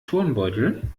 turnbeutel